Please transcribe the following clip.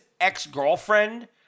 ex-girlfriend